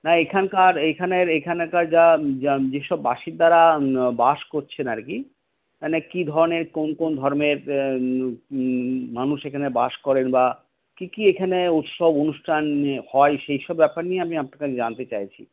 না এখানকার এখানের এখানকার যা যেসব বাসিন্দারা বাস করছেন আর কি মানে কী ধরনের কোন কোন ধর্মের মানুষ এখানে বাস করেন বা কী কী এখানে উৎসব অনুষ্ঠান হয় সেই সব ব্যাপার নিয়ে আমি আপনার কাছে জানতে চাইছি